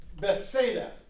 Bethsaida